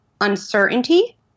uncertainty